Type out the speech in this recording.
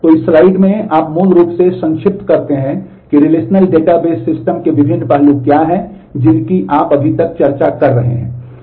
तो इस स्लाइड में आप मूल रूप से संक्षिप्त करते हैं कि रिलेशनल डेटाबेस सिस्टम के विभिन्न पहलू क्या हैं जिनकी आप अभी तक चर्चा कर रहे हैं